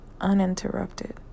Uninterrupted